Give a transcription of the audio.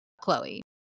chloe